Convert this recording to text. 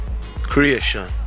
Creation